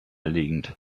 liegend